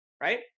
right